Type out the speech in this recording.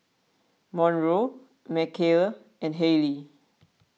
Monroe Mckayla and Hayley